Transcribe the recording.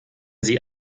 sie